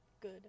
good